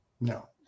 no